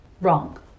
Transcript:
wrong